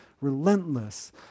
relentless